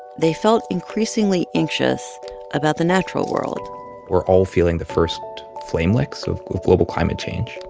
they felt increasingly anxious about the natural world we're all feeling the first flame licks of global climate change.